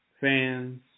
fans